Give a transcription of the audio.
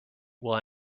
will